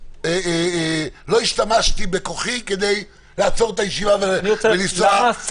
לא השתמשתי בכוחי כדי לעצור את הישיבה ולנסוע.